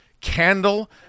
candle